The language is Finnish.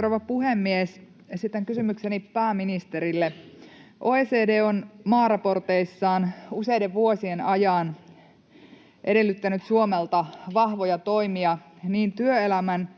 rouva puhemies! Esitän kysymykseni pääministerille. OECD on maaraporteissaan useiden vuosien ajan edellyttänyt Suomelta vahvoja toimia niin työelämän